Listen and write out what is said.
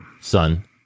son